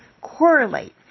correlate